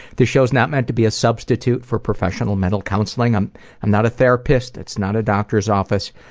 this show is not meant to be a substitute for professional mental counseling. i'm i'm not a therapist. it's not a doctor's office.